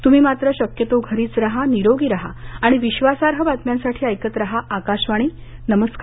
तृम्ही मात्र शक्यतो घरीच राहा निरोगी राहा आणि विश्वासार्ह बातम्यांसाठी ऐकत राहा आकाशवाणी नमस्कार